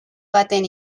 baten